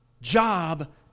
Job